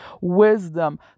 wisdom